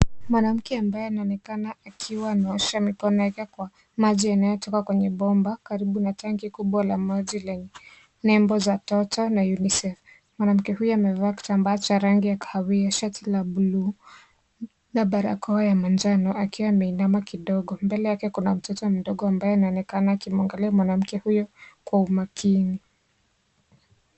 Mwanamke ambaye anaonekana akiwa ameosha mikono yake kwa maji yanayotoka kwenye bomba karibu na tanki kubwa la maji lina nembo za toto na unicef. Mwanamke huyo amevaa kitamba cha rangi ya kahawia, shati la bluu na barakoa ya manjano akiwa ameinama kidogo. Mbele yake kuna mtoto mdogo ambaye anaonekana akimwangalia mwanamke huyo kwa umakini.